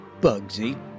Bugsy